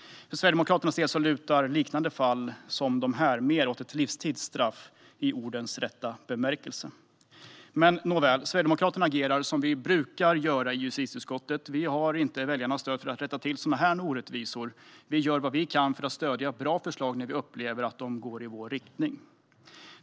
För Sverigedemokraternas del lutar liknande fall som dessa mer åt ett livstidsstraff, i ordets rätta bemärkelse. Nåväl, vi sverigedemokrater agerar som vi brukar göra i justitieutskottet. Vi har inte väljarnas stöd för att rätta till sådana här orättvisor. Vi gör vad vi kan och stöder bra förslag som vi upplever går i vår riktning.